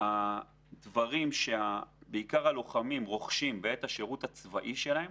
הכישורים שבעיקרה הלוחמים רוכשים בעת השירות הצבאי שלהם